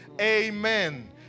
Amen